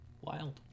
wild